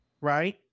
right